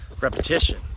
repetition